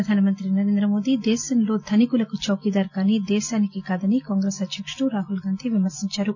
ప్రధానమంత్రి నరేంద్ర మోడీ దేశంలో ధనికులకు చౌకీదార్ కానీ దేశానికి కాదని కాంగ్రెస్ అధ్యకుడు రాహుల్ గాంధీ విమర్పించారు